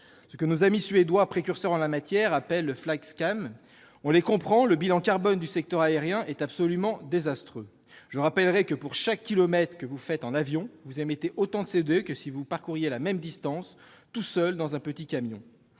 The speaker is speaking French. ce que nos amis Suédois, précurseurs en la matière, appellent le. On les comprend : le bilan carbone du secteur aérien est absolument désastreux. Je rappelle que, pour chaque kilomètre que vous faites en avion, vous émettez autant de CO2 que si vous parcouriez la même distance tout seul dans un petit camion.